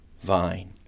vine